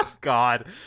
God